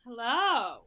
hello